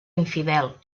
infidel